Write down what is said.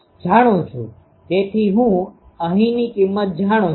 તેથી હું અહીંની કિંમત જાણું છું